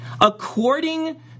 According